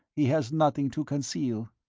he has nothing to conceal.